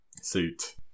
suit